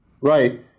Right